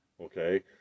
Okay